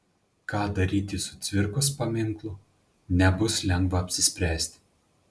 ką daryti su cvirkos paminklu nebus lengva apsispręsti